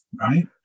right